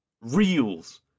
Reels